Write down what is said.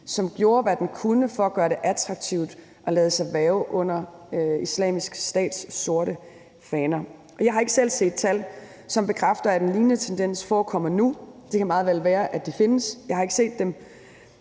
som gjorde, hvad den kunne for at gøre det attraktivt at lade sig hverve under Islamisk Stats sorte faner. Jeg har ikke selv set tal, som bekræfter, at en lignende tendens forekommer nu. Det kan meget vel være, at de findes, men jeg har ikke set dem.